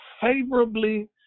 favorably